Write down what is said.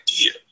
idea